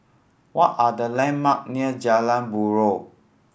what are the landmark near Jalan Buroh